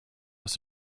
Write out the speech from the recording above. aus